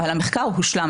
אבל המחקר הושלם.